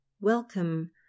Welcome